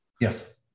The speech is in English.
Yes